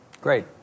Great